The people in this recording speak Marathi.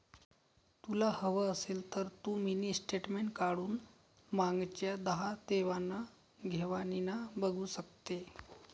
तुला हवं असेल तर तू मिनी स्टेटमेंट काढून मागच्या दहा देवाण घेवाणीना बघू शकते